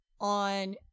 on